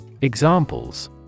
Examples